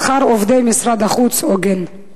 שכר עובדי משרד החוץ הוגן?